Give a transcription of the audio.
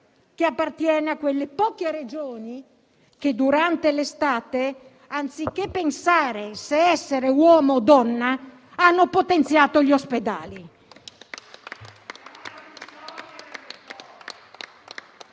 che appartiene a quelle poche Regioni che durante l'estate, anziché pensare se essere uomo o donna, hanno potenziato gli ospedali.